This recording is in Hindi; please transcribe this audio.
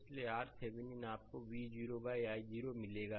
इसलिए RThevenin आपको V0 i0 मिलेगा